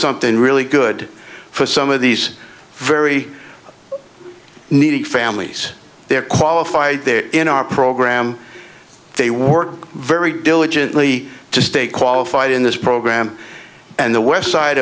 something really good for some of these very needy families they're qualified they're in our program they work very diligently to stay qualified in this program and the west side